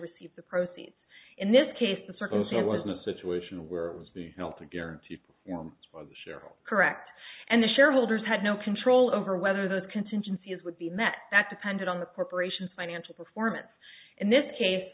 receive the proceeds in this case the circles it was in a situation where was the help and guaranteed cheryl correct and the shareholders had no control over whether those contingencies would be met that depended on the corporation's financial performance in this case